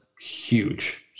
huge